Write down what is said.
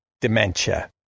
Dementia